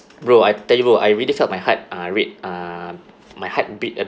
bro I tell you bro I really felt my heart uh rate uh my heartbeat